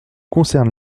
concerne